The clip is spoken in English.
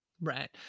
Right